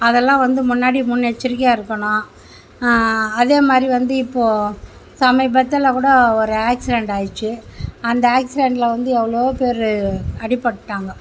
அதெல்லாம் வந்து முன்னாடியே முன்னெச்சரிக்கையாக இருக்கணும் அதே மாதிரி வந்து இப்போ சமீபத்தில் கூட ஒரு ஆக்சிடென்ட் ஆயிடுச்சு அந்த ஆக்சிடென்ட்டில் வந்து எவ்வளவோ பேர் அடிப்பட்டுவிட்டாங்க